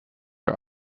are